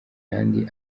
yandi